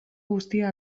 guztia